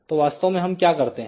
तो वास्तव में हम क्या करते हैं